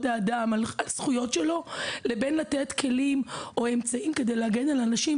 האדם והזכויות שלו לבין לתת כלים או אמצעים כדי להגן על אנשים.